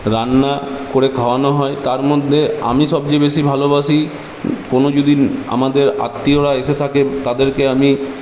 রান্না করে খাওয়ানো হয় তার মধ্যে আমি সবচেয়ে বেশী ভালোবাসি কোনো যদি আমাদের আত্মীয়রা এসে থাকেন তাদেরকে আমি